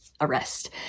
arrest